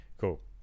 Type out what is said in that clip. Cool